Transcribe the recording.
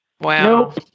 Wow